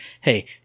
Hey